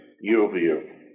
year-over-year